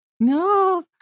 No